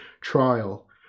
trial